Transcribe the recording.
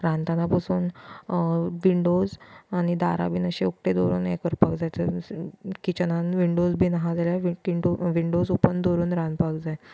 रांदतना पसून विंडोज आनी दारां बीन अशें उकतें दवरून हें करपाक जाय जशें किचनान विंडोज बीन आहा जाल्यार विंडो विंडोज ऑपन दवरून रांदपाक जाय